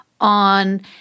on